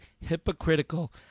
hypocritical